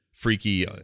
Freaky